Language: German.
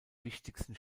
wichtigsten